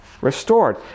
restored